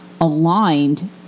aligned